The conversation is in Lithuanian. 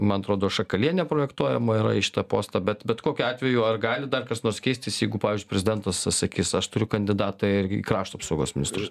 man atrodo šakalienė projektuojama yra į šitą postą bet bet kokiu atveju ar gali dar kas nors keistis jeigu pavyž prezidentas sakys aš turiu kandidatą ir į krašto apsaugos ministrus